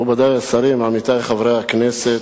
מכובדי השרים, עמיתי חברי הכנסת,